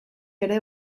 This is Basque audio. ere